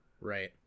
right